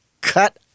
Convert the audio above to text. cut